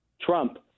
Trump